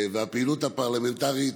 הפעילות הפרלמנטרית,